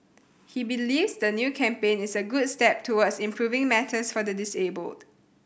he believes the new campaign is a good step towards improving matters for the disabled